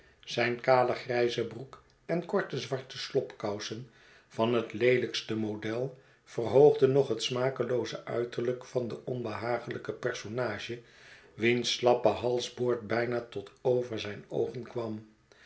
zijn kale grijze broek en korte zwarte slopkousen van het leelijkste model verhoogden nog het smakelooze uiterlijk van den onbehagelijken personage wiens slappe halsboord bijna tot over zijn oogen kwam